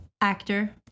Actor